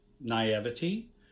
naivety